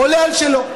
עולה על שלו.